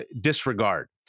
disregard